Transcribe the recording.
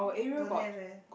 don't have leh